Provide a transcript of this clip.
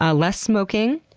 ah less smoking,